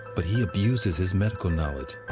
but he abuses his medical knowledge,